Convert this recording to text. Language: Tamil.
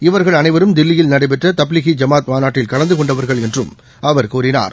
இவர்கள் அனைவரும் தில்லியில் நடைபெற்ற தப்லிகி ஜமாத் மாநாட்டில் கலந்து கொண்டவர்கள் என்றும் அவர் கூறினார்